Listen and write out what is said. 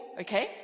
okay